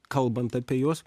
kalbant apie juos